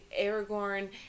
Aragorn